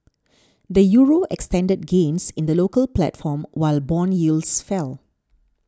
the Euro extended gains in the local platform while bond yields fell